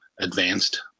advanced